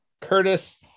Curtis